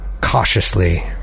Cautiously